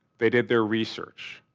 they did their research.